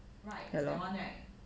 I don't know